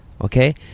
okay